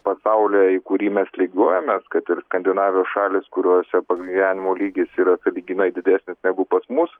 pasaulyje į kurį mes lygiuojamės kad ir skandinavijos šalys kuriose pragyvenimo lygis yra sąlyginai didesnis negu pas mus